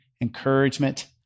encouragement